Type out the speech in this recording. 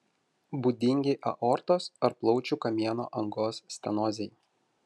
būdingi aortos ar plaučių kamieno angos stenozei